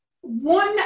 one